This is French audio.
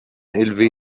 élevé